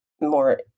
more